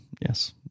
Yes